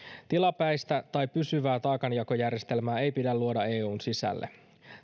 tilapäistä tai pysyvää taakanjakojärjestelmää ei pidä luoda eun sisälle